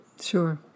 Sure